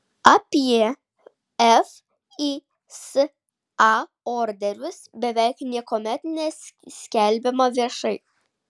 apie fisa orderius beveik niekuomet neskelbiama viešai